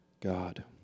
God